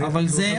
זה צורך דחוף.